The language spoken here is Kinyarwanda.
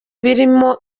birimo